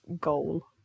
goal